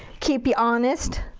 keep ya honest.